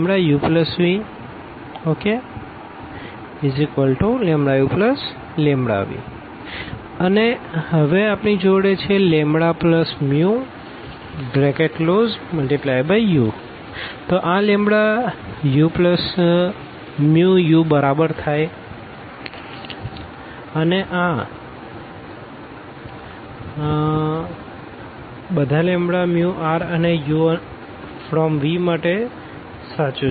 uvλuλv∀λ∈Randuv∈V અને હવે આપણી જોડે છે λμu છે તો આ uμu બરાબર થાય અને આ બધા લેમ્બ્ડા mu R અને u from V માટે સાચું છે